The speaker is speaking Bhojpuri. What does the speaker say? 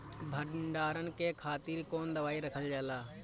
भंडारन के खातीर कौन दवाई रखल जाला?